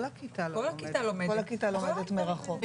כל הכיתה לומדת מרחוק.